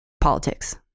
politics